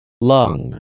Lung